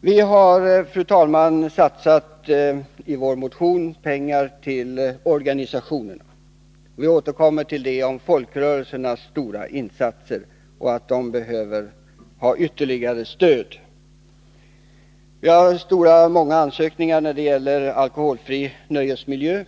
Vi har, fru talman, i vår motion velat satsa pengar på organisationerna. Vi återkommer till folkrörelsernas stora insatser och att de behöver ha ytterligare stöd. Vi har många ansökningar när det gäller alkoholfri nöjesmiljö.